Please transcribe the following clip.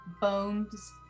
Bones